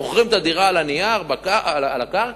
מוכרים את הדירה על הנייר, כבר על הקרקע,